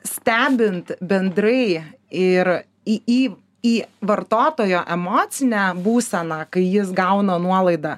stebint bendrai ir į į į vartotojo emocinę būseną kai jis gauna nuolaidą